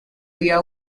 vía